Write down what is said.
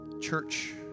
church